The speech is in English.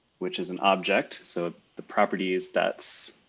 which is an object. so the properties that's